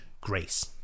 grace